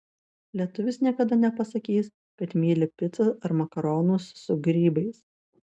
lietuvis niekada nepasakys kad myli picą ar makaronus su grybais